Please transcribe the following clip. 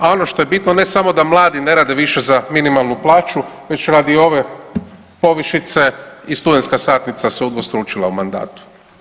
A ono što je bitno ne samo da mladi ne rade više za minimalnu plaću već radi ove povišice i studentska satnica se udvostručila u mandatu.